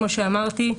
כמו שאמרתי,